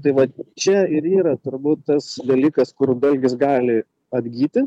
tai va čia ir yra turbūt tas dalykas kur dalgis gali atgyti